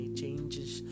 changes